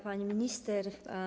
Pani Minister!